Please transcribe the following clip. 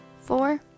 four